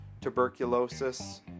tuberculosis